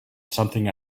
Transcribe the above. something